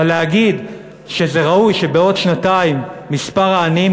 אבל להגיד שזה ראוי שבעוד שנתיים מספר העניים